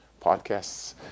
podcasts